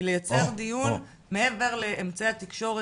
היא לייצר דיון מעבר לאמצעי התקשורת,